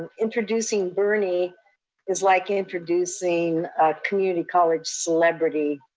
and introducing bernie is like introducing a community college celebrity.